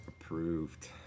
Approved